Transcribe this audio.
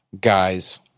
guys